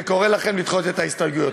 וקורא לכם לדחות את ההסתייגויות.